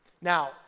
Now